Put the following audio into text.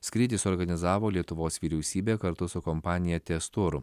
skrydį suorganizavo lietuvos vyriausybė kartu su kompanija tez tour